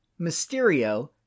Mysterio